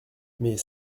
mais